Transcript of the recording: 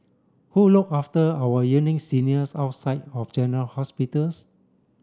who look after our seniors outside of general hospitals